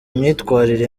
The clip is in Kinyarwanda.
myitwarire